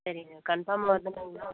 சரிங்க கன்ஃபார்ம் வந்துடுங்களா